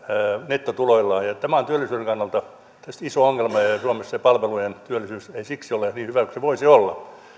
nettotuloillaan ja tämä on työllisyyden kannalta tietysti iso ongelma ja ja suomessa palvelujen työllisyys ei siksi ole niin hyvä kuin se voisi olla